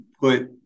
put